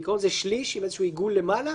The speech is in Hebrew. בעיקרון זה שליש עם איזשהו עיגול למעלה,